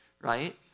right